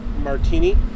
Martini